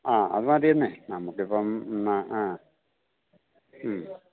ആ അത് മതിയെന്നേ നമുക്കിപ്പം ആ ആ മ്മ്